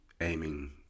aiming